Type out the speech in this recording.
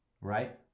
right